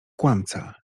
kłamca